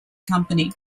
company